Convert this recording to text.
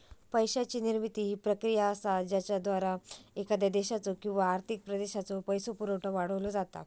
पैशाची निर्मिती ही प्रक्रिया असा ज्याद्वारा एखाद्या देशाचो किंवा आर्थिक प्रदेशाचो पैसो पुरवठा वाढवलो जाता